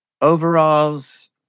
Overalls